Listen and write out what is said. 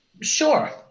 Sure